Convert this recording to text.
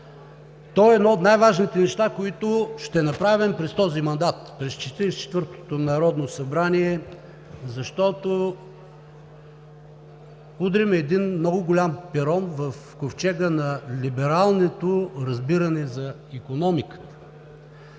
То е едно от най-важните неща, които ще направим през мандата на Четиридесет и четвъртото народно събрание, защото удряме един много голям пирон в ковчега на либералното разбиране за икономиката.